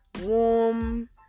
warm